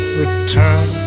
return